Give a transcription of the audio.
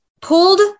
pulled